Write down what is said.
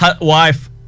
wife